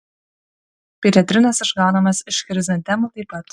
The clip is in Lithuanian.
piretrinas išgaunamas iš chrizantemų taip pat